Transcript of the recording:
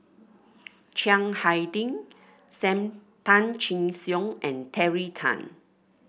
Chiang Hai Ding Sam Tan Chin Siong and Terry Tan